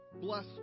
bless